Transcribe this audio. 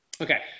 okay